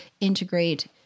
integrate